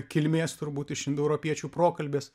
kilmės turbūt iš indoeuropiečių prokalbės